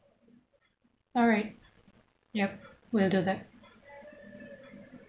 alright yup will do that